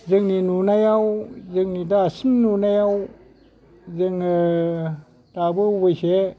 जोंनि नुनायाव जोंनि दासिम नुनायाव जोङो दाबो अबसे